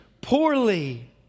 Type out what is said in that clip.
poorly